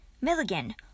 Milligan